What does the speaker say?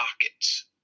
pockets